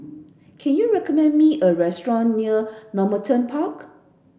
can you recommend me a restaurant near Normanton Park